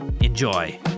Enjoy